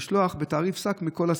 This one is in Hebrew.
לשלוח בתעריף שק מכל הסניפים?